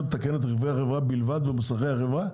לתקן את רכבי החברה רק במוסכי החברה.